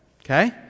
okay